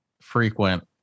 frequent